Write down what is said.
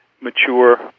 mature